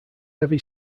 heavy